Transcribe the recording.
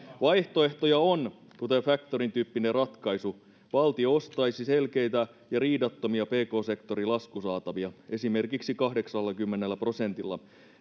vaihtoehtoja on kuten factoring tyyppinen ratkaisu valtio ostaisi selkeitä ja riidattomia pk sektorin laskusaatavia esimerkiksi kahdeksallakymmenellä prosentilla